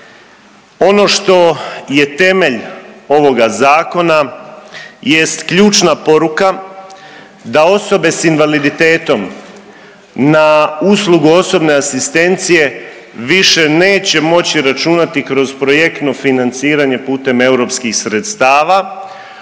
Ono što je temelj ovoga zakona jest ključna poruka da osobe s invaliditetom na uslugu osobne asistencije više neće moći računati kroz projektno financiranje putem europskih sredstva,